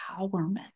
empowerment